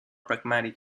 pragmatic